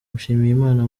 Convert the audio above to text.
mushimiyimana